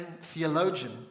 theologian